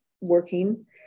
working